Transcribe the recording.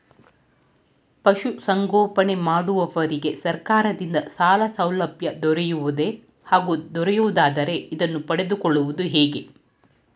ಪಶುಸಂಗೋಪನೆ ಮಾಡುವವರಿಗೆ ಸರ್ಕಾರದಿಂದ ಸಾಲಸೌಲಭ್ಯ ದೊರೆಯುವುದೇ ಹಾಗೂ ದೊರೆಯುವುದಾದರೆ ಇದನ್ನು ಪಡೆದುಕೊಳ್ಳುವುದು ಹೇಗೆ?